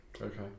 Okay